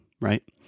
right